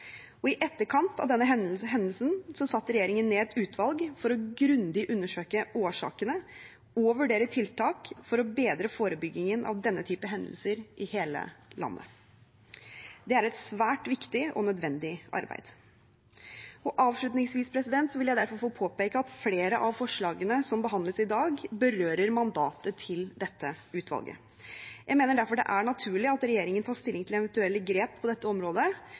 I etterkant av denne hendelsen satte regjeringen ned et utvalg for grundig å undersøke årsakene og vurdere tiltak for å bedre forebyggingen av denne typen hendelser i hele landet. Det er et svært viktig og nødvendig arbeid. Avslutningsvis vil jeg derfor få påpeke at flere av forslagene som behandles i dag, berører mandatet til dette utvalget. Jeg mener derfor det er naturlig at regjeringen tar stilling til eventuelle grep på dette området